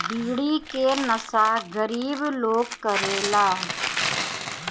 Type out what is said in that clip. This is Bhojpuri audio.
बीड़ी के नशा गरीब लोग करेला